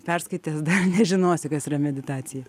perskaitęs dar nežinosi kas yra meditacija